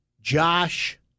Josh